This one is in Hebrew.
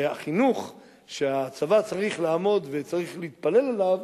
שהחינוך שהצבא צריך לעמוד ולהתפלל אליו